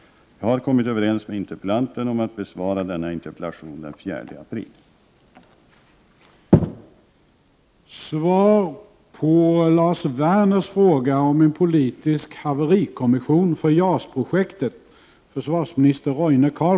Jag har kommit överens med interpellanten om att besvara denna interpellation den 4 april.